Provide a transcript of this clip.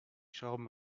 schrauben